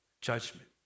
judgment